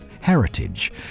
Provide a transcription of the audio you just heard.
heritage